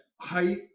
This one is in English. height